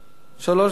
שלוש דקות.